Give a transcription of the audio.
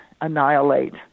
annihilate